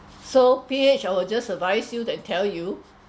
so P H I will just advise you and tell you